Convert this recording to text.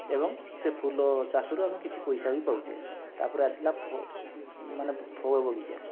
ଏବଂ ସେ ଫୁଲ ଚାଷରୁ ଆମେ କିଛି ପଇସା ବି ପାଉଛେ ତା'ପରେ ଆସିଲା ମାନେ ଫଳ ବଗିଚା